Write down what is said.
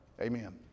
Amen